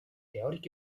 teòric